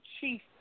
chief